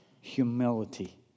humility